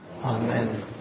Amen